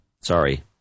Sorry